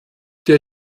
der